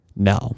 No